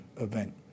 event